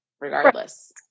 regardless